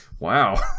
Wow